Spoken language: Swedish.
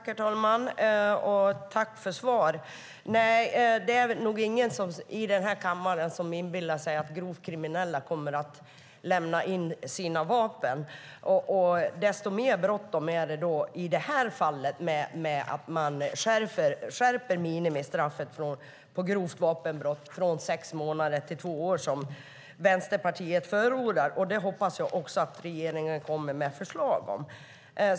Herr talman! Tack, Caroline Szyber, för svar! Nej, det är nog ingen i den här kammaren som inbillar sig att grovt kriminella kommer att lämna in sina vapen. Desto mer bråttom är det i det här fallet med att man skärper minimistraffet för grovt vapenbrott från sex månader till två år, som Vänsterpartiet förordar. Det hoppas jag också att regeringen kommer med förslag om.